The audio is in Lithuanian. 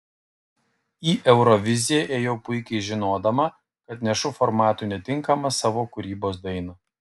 į euroviziją ėjau puikiai žinodama kad nešu formatui netinkamą savo kūrybos dainą